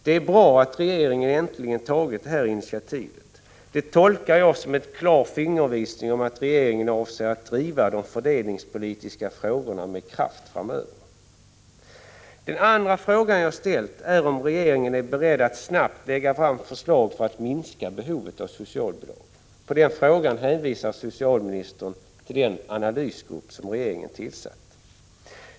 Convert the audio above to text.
Det är bra att regeringen äntligen har tagit det här initiativet. Det tolkar jag som en klar fingervisning om att regeringen framöver avser att driva de fördelningspolitiska frågorna med kraft. Den andra frågan som jag har ställt gäller om regeringen är beredd att snabbt lägga fram förslag för att minska behovet av socialbidrag. Som svar på den frågan hänvisar socialministern till den analysgrupp som regeringen har tillsatt.